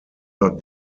not